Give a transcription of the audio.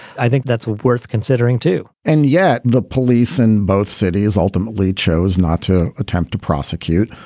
i think that's worth considering, too and yet the police in both cities ultimately chose not to attempt to prosecute.